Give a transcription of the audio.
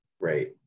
Right